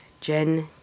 Jen